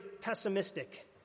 pessimistic